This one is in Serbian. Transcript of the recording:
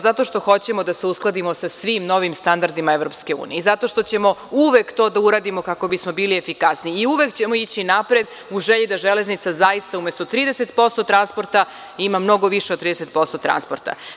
Zato što hoćemo da se uskladimo sa svim novim standardima EU i zato što ćemo uvek to da uradimo, kako bismo bili efikasniji i uvek ćemo ići napred u želji da Železnica zaista umesto 30% transporta ima mnogo više od 30% transporta.